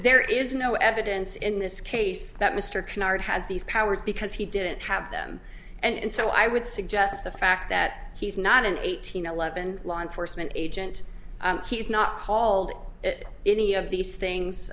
there is no evidence in this case that mr canard has these powers because he didn't have them and so i would suggest the fact that he's not an eighteen eleven law enforcement agent he's not called any of these things